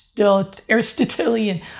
Aristotelian